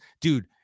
Dude